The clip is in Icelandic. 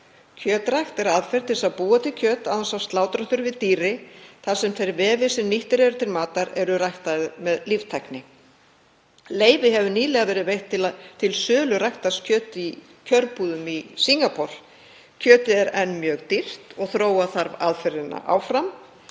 Kjötrækt er aðferð til þess að búa til kjöt án þess að slátra þurfi dýri þar sem þeir vefir sem nýttir eru til matar eru ræktaðir með líftækni. Leyfi hefur nýlega verið veitt til sölu ræktaðs kjöt í kjörbúðum í Singapúr. Kjötið er enn mjög dýrt og þróa þarf aðferðirnar áfram.